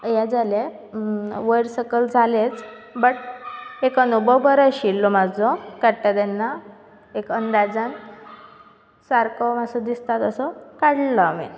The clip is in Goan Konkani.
हें जालें वयर सकयल जालेंच बट एक अनुभव बरो आशिल्लो म्हजो काडटा तेन्ना एक अंदाजान सारको मातसो दिसता तसो काडलो हांवें